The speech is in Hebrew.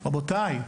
רבותיי,